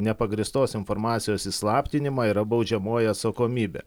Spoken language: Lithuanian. nepagrįstos informacijos įslaptinimą yra baudžiamoji atsakomybė